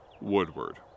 Woodward